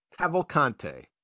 Cavalcante